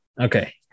Okay